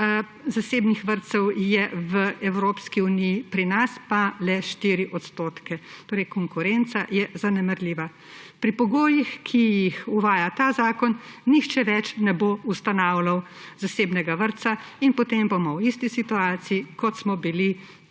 zasebnih vrtcev je v Evropski uniji, pri nas pa le 4 odstotke; torej konkurenca je zanemarljiva. Pri pogojih, ki jih uvaja ta zakon, nihče več ne bo ustanavljal zasebnega vrtca in potem bomo v isti situaciji, kot smo bili